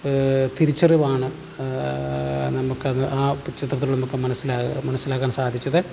തിരിച്ചറിവാണ് നമുക്കത് ആ ചിത്രത്തിലൂടെ നമുക്ക് മനസ്സിലാകുക മനസ്സിലാക്കാൻ സാധിച്ചത്